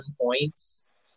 points